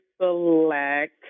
select